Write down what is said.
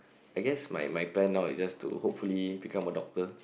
I guess my my plan now is just to hopefully become a doctor